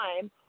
time